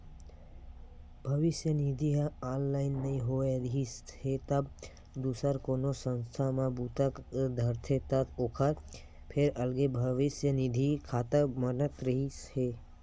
भविस्य निधि ह ऑनलाइन नइ होए रिहिस हे तब दूसर कोनो संस्था म बूता धरथे त ओखर फेर अलगे भविस्य निधि खाता बनत रिहिस हे